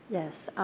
yes,